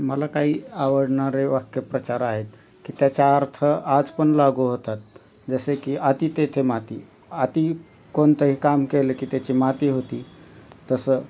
मला काही आवडणारे वाक्यप्रचार आहेत की त्याच्या अर्थ आज पण लागू होतात जसे की अति तेथे माती अति कोणतंही काम केलं की त्याची माती होती तसं